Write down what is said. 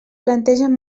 plantegen